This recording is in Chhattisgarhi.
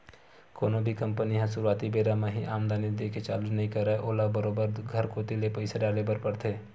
कोनो भी कंपनी ह सुरुवाती बेरा म ही आमदानी देय के चालू नइ करय ओला बरोबर घर कोती ले पइसा डाले बर परथे